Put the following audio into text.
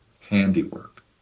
handiwork